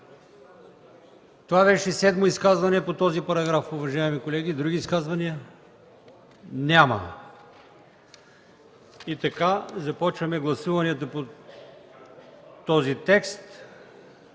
Това беше седмо изказване по този параграф, уважаеми колеги. Други изказвания? Няма. Започваме гласуванията по този текст.